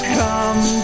come